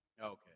okay